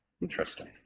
interesting